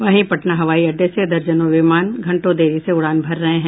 वहीं पटना हवाई अड्डे से दर्जनों विमान घंटों देरी से उड़ान भर रहे हैं